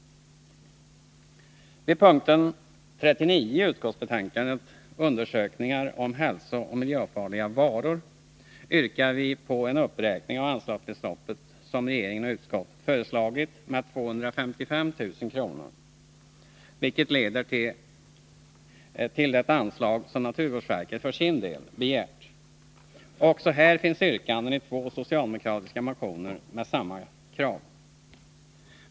Vid punkt 39, Undersökningar av hälsooch miljöfarliga varor, yrkar vi på en uppräkning av det anslag som regeringen och utskottet föreslagit med 255 000 kr., vilket skulle överensstämma med vad naturvårdsverket för sin del begärt. Också här finns det två socialdemokratiska motioner, där samma krav förs fram.